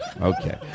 Okay